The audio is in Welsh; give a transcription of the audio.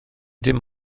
dim